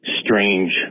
strange